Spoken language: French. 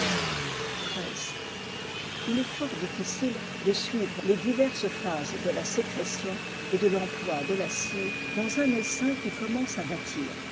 il est fort difficile de suivre les divephases de la sécrétion et de l'emploi d la fondation de la cire dans un essaim qui commence à bâtir